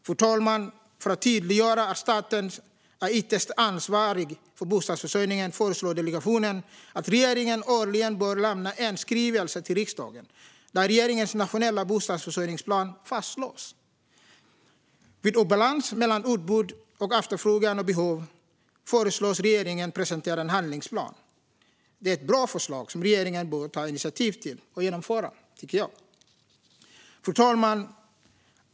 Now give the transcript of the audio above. För att tydliggöra att staten är ytterst ansvarig för bostadsförsörjningen föreslår delegationen att regeringen årligen lämnar en skrivelse till riksdagen där regeringens nationella bostadsförsörjningsplan fastslås. Vid obalans mellan utbud, efterfrågan och behov föreslås regeringen presentera en handlingsplan. Detta är ett bra förslag som jag tycker att regeringen bör ta initiativ till att genomföra. Fru talman!